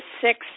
six